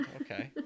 okay